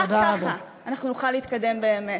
רק ככה אנחנו נוכל להתקדם באמת.